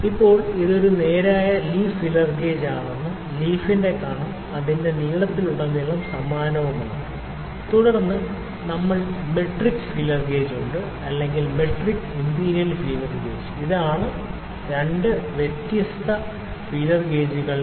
ഇപ്പോൾ ഇത് ഒരു നേരായ ലീഫ് ഫീലർ ഗേജ് ആണ് ലീഫ് കനം അതിന്റെ നീളത്തിലുടനീളം സമാനമാണ് തുടർന്ന് നമ്മൾക്ക് മെട്രിക് ഫീലർ ഗേജ് ഉണ്ട് അല്ലെങ്കിൽ മെട്രിക് ഇംപീരിയൽ ഫീലർ ഗേജ് ഇതാണ് രണ്ട് വ്യത്യസ്ത ഫീലർ ഗേജുകളുടെ സംയോജനം മെട്രിക് ഫീലർ ഗേജ് നൂറുകണക്കിന് മില്ലിമീറ്ററിലും അളവുകൾ നൽകുന്നു